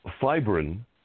fibrin